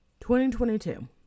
2022